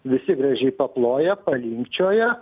visi gražiai paploja palinkčioja